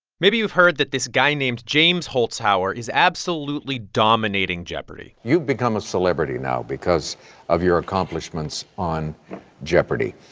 maybe you've heard that this guy named james holzhauer is absolutely dominating jeopardy! you've become a celebrity now because of your accomplishments on jeopardy!